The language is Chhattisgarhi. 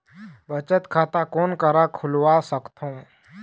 बचत खाता कोन करा खुलवा सकथौं?